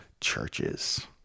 churches